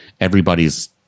everybody's